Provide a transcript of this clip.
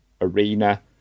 arena